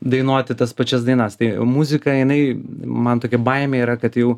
dainuoti tas pačias dainas tai muzika jinai man tokia baimė yra kad jau